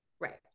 right